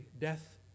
death